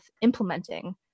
implementing